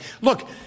Look